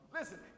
Listen